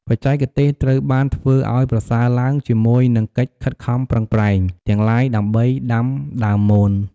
បច្ចេកទេសត្រូវបានធ្វើឱ្យប្រសើរឡើងជាមួយនិង កិច្ចខិតខំប្រឹងប្រែងទាំងឡាយដើម្បីដាំដើមមន។